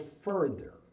further